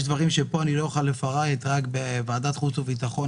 יש דברים שלא אוכל לפרט פה אלא רק בוועדת החוץ והביטחון,